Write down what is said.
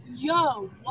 Yo